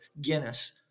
Guinness